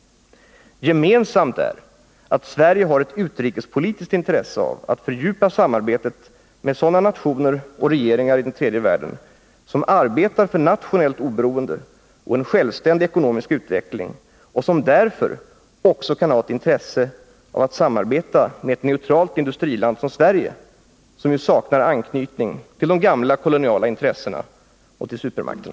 Gemensamt är att Sverige har ett utrikespolitiskt intresse av att fördjupa samarbetet med sådana nationer och regeringar i tredje världen som arbetar för nationellt oberoende och en självständig ekonomisk utveckling och som därför också kan ha intresse av att samarbeta med ett neutralt industriland som Sverige, ett land som ju saknar anknytning till de gamla koloniala intressena och till supermakterna.